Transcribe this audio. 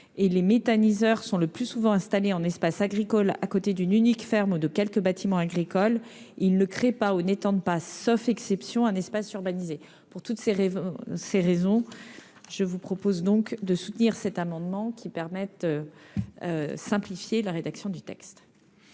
aux méthaniseurs, le plus souvent installés dans un espace agricole, à côté d'une unique ferme ou de quelques bâtiments agricoles, ils ne créent pas ou n'étendent pas, sauf exception, un espace urbanisé. Pour toutes ces raisons, je vous propose de soutenir cet amendement qui vise à simplifier la rédaction du projet